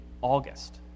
August